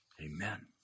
Amen